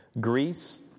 Greece